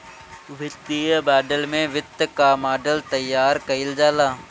वित्तीय मॉडल में वित्त कअ मॉडल तइयार कईल जाला